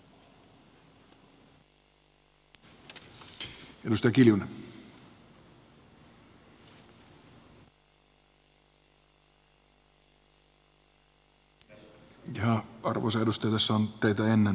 jaha arvoisa edustaja tässä on teitä ennen edustaja kiljunen